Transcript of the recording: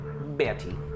Betty